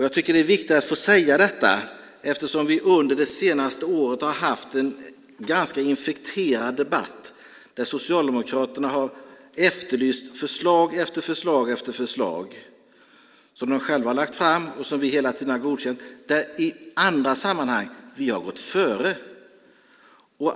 Jag tycker att det är viktigt att få säga detta eftersom vi under det senaste året har haft en ganska infekterad debatt där Socialdemokraterna har efterlyst förslag efter förslag som de själva har lagt fram och som vi hela tiden har godkänt där vi i andra sammanhang har gått före.